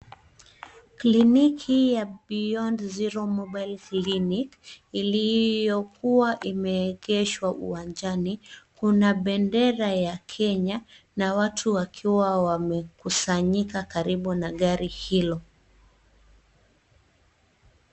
Kliniki ya Beyond Zero Mobile Clinic iliyokuwa imeegeshwa uwanjani. Kuna bendera ya Kenya na watu wakiwa wamekusanyika karibu na gari hilo.